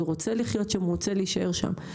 הוא רוצה לחיות שם, הוא רוצה להישאר שם.